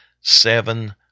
seven